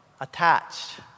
Attached